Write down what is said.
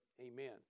amen